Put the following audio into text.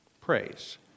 praise